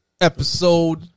Episode